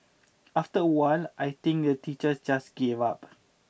after a while I think the teachers just gave up